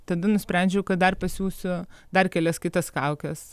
tada nusprendžiau kad dar pasiųsiu dar kelias kitas kaukes